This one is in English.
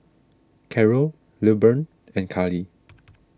Carrol Lilburn and Karly